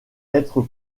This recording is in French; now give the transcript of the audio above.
être